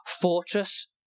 fortress